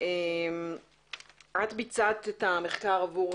יש פעולות